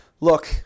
look